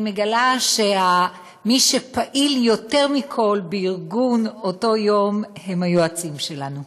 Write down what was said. אני מגלה שמי שפעיל יותר מכול בארגון אותו יום זה היועצים שלנו.